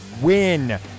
win